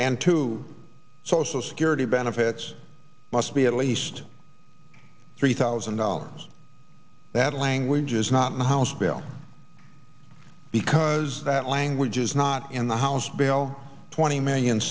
and to social security benefits must be at least three thousand dollars that language is not in the house bill because that language is not in the house bill twenty million